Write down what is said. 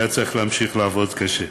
היה צריך להמשיך לעבוד קשה.